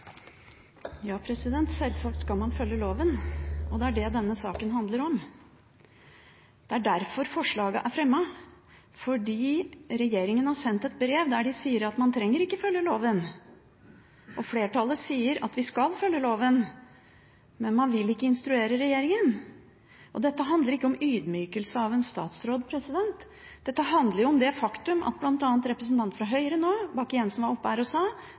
det denne saken handler om. Det er derfor forslaget er fremmet, fordi regjeringen har sendt et brev der de sier at man ikke trenger å følge loven. Flertallet sier at vi skal følge loven, men man vil ikke instruere regjeringen. Dette handler ikke om ydmykelse av en statsråd, dette handler om det faktum at bl.a. representanten fra Høyre – Bakke-Jensen – nå var oppe her og sa